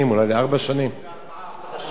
אני קורא מהצעת החוק: